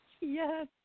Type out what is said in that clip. yes